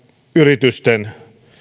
yritysten